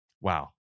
Wow